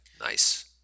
Nice